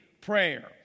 prayer